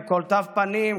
כל תו פנים,